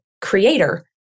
creator